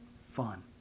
fun